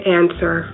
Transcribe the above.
answer